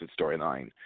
storyline